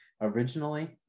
originally